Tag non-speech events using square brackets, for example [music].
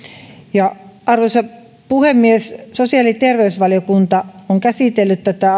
arvoisa puhemies sosiaali ja terveysvaliokunta on käsitellyt tätä [unintelligible]